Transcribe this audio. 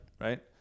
right